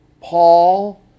Paul